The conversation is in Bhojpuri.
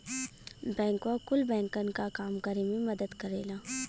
बैंकवा कुल बैंकन क काम करे मे मदद करेला